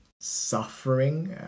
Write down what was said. suffering